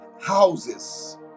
houses